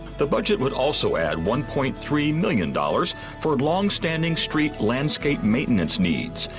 the budget would also add one point three million dollars for longstanding street landscape maintenance needs,